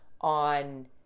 on